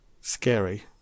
Scary